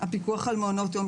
הפיקוח על מעונות יום,